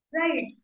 Right